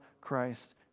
Christ